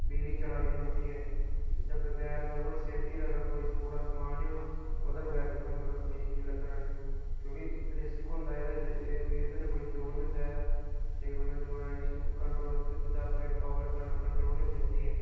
बिजली चला दी निं होऐ ठीक ऐ बगैर थुआढ़े कोल सेफ्टी दे अगर थुआढ़े कोल कोई पूरा समान निं होऐ ओह्दे बगैर तुसें मतलब बिजली गी लग्गना निं क्योंकी रिस्क होंदा एहदे च कोई एह्दे नै कोई जोर निं होंदा ऐ केईं बंदे जोरै न इसी कंट्रोल करदे अपनी पावर कंट्रोल निं होंदी ऐ ठीक ऐ